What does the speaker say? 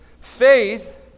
Faith